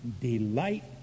delight